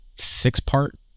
Six-part